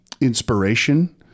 inspiration